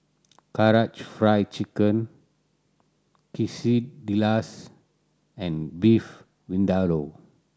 Karaage Fried Chicken Quesadillas and Beef Vindaloo